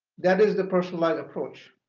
that is the personalized approach.